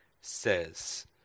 says